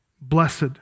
blessed